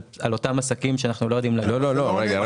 אותם עסקים שאנחנו לא יודעים להגיד --- רגע.